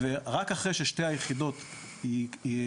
רק אחרי ששתי היחידות החדשות,